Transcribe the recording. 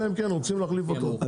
אלא אם כן רוצים להחליף אותו.